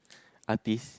artist